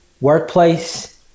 workplace